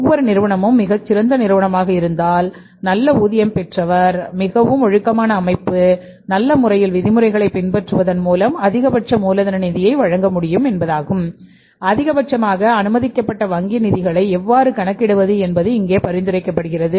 எந்தவொரு நிறுவனமும் மிகச் சிறந்த நிறுவனமாக இருந்தால் நல்ல ஊதியம் பெற்றவர் மிகவும் ஒழுக்கமான அமைப்பு நல்ல முறையில் விதிமுறைகளை பின்பற்றுவதன் மூலம் அதிகபட்ச மூலதன நிதியை வழங்க முடியும் என்பதாகும் அதிகபட்சமாக அனுமதிக்கப்பட்ட வங்கி நிதிகளை எவ்வாறு கணக்கிடுவது என்பது இங்கே பரிந்துரைக்கப்படுகிறது